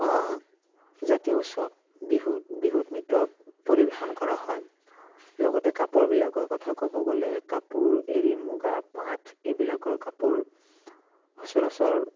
জাতীয় উৎসৱ বিহুত বিহুত নৃত্য পৰিৱেশন কৰা হয় লগতে কাপোৰবিলাকৰ কথা ক'ব গ'লে কাপোৰ এৰী মুগা পাট এইবিলাকৰ কাপোৰ সচৰাচৰ